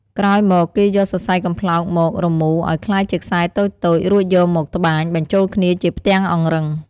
ក្រោយមកគេយកសរសៃកំប្លោកមក រមូរ ឲ្យក្លាយជាខ្សែតូចៗ រួចយកមក ត្បាញ បញ្ចូលគ្នាជាផ្ទាំងអង្រឹង។